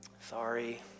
Sorry